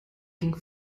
ging